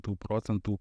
tų procentų